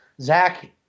Zach